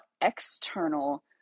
external